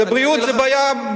אני אענה לך.